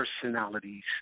personalities